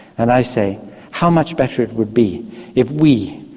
and i say how much better it would be if we,